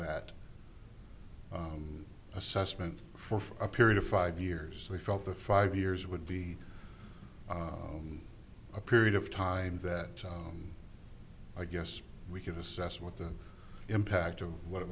that assessment for a period of five years they felt the five years would be a period of time that i guess we could assess what the impact of what it